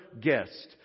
guest